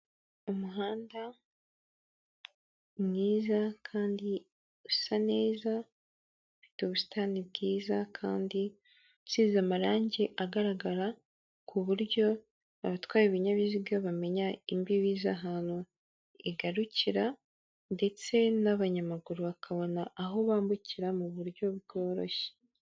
Umuhanda mwiza kandi usa neza, ufite ubusitani bwiza kandi usize amarangi agaragara, ku buryo abatwaye ibinyabiziga bamenya imbibi z'ahantu igarukira ndetse n'abanyamaguru bakabona aho bambukira mu buryo bworoshye.